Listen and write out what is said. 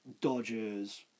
Dodgers